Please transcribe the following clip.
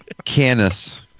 Canis